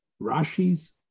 Rashi's